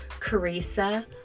Carissa